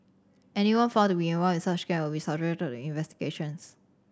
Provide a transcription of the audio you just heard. anyone found to be involved in such scams will be subjected to investigations